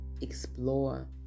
explore